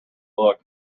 look